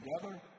together